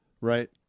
Right